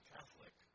Catholic